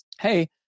Hey